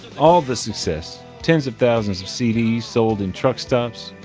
all the success, tens of thousands of cds sold in truck stops,